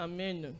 Amen